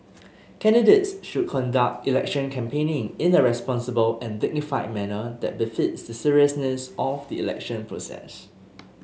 candidates should conduct election campaigning in a responsible and dignified manner that befits the seriousness of the election process